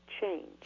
change